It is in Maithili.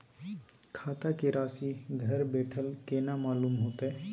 खाता के राशि घर बेठल केना मालूम होते?